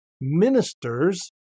ministers